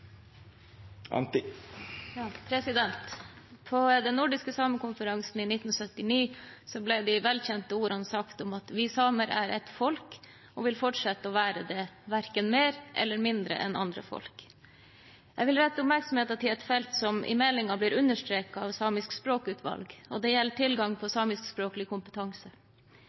minutt. På den nordiske samekonferansen i 1971 ble de velkjente ordene sagt om at vi samer er ett folk og vil fortsette å være det – verken mer eller mindre enn andre folk. Jeg vil rette oppmerksomheten mot et felt som i meldingen blir understreket av Samisk språkutvalg, og det gjelder tilgangen på samiskspråklig kompetanse.